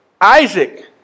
Isaac